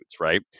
right